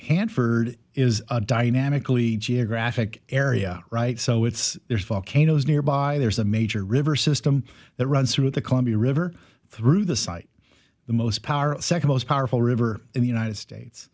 hanford is dynamically geographic area right so it's there's volcanoes nearby there's a major river system that runs through the columbia river through the site the most power second most powerful river in the united states